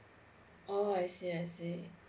oh I see I see